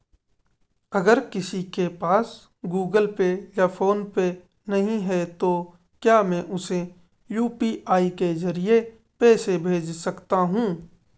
अगर किसी के पास गूगल पे या फोनपे नहीं है तो क्या मैं उसे यू.पी.आई के ज़रिए पैसे भेज सकता हूं?